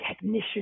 technician